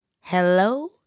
Hello